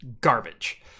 garbage